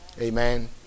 Amen